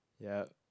ya